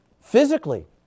physically